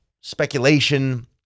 speculation